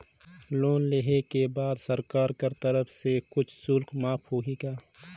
Loan लेहे के बाद सरकार कर तरफ से कुछ शुल्क माफ होही का?